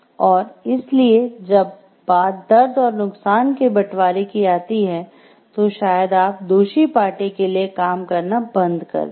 और इसलिए जब बात दर्द और नुकसान के बंटवारे की आती है तो शायद आप दोषी पार्टी के लिए काम करना बंद कर दें